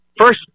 first